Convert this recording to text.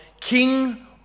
King